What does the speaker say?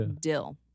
Dill